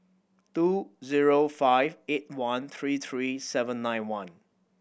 two zero five eight one three three seven nine one